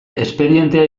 espedientea